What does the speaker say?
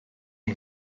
yng